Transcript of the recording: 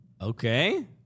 Okay